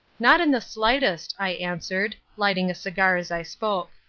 not in the slightest, i answered, lighting a cigar as i spoke.